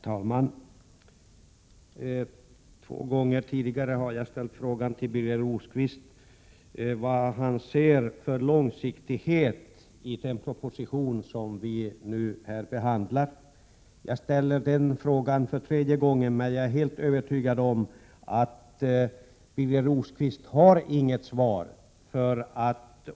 Herr talman! Två gånger tidigare har jag frågat Birger Rosqvist vad han ser för långsiktighet i den proposition som vi nu behandlar. Jag ställer den frågan för tredje gången, men jag är helt övertygad om att Birger Rosqvist inte har något svar.